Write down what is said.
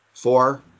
Four